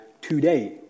Today